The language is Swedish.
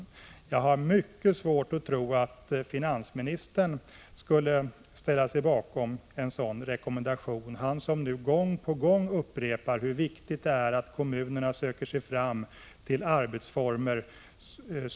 Jag har mycket svårt att tro att finansministern skulle ställa sig bakom en sådan rekommendation, han som nu gång på gång upprepar hur viktigt det är att kommunerna effektiviserar sin verksamhet.